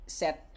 set